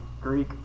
Greek